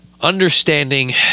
understanding